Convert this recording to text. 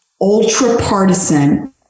ultra-partisan